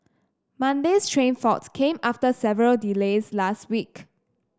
monday's train fault came after several delays last week